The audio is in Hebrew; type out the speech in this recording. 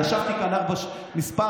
ישבתי כאן כמה שנים,